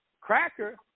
cracker